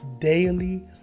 daily